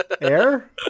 Air